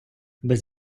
без